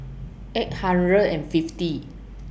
eight hundred and fifty